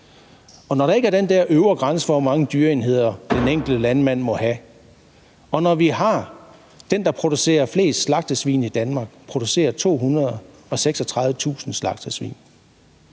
Der er ikke en øvre grænse for, hvor mange dyreenheder den enkelte landmand må have. Den, der producerer flest slagtesvin i Danmark, producerer 236.000 slagtesvin.